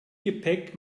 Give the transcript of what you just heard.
gepäck